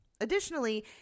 Additionally